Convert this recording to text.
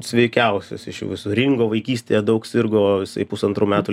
sveikiausias iš jų visų ringo vaikystėje daug sirgo pusantrų metų